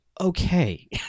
okay